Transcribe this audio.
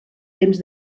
temps